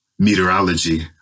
Meteorology